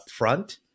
upfront